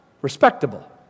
respectable